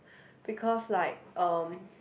because like um